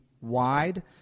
wide